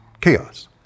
chaos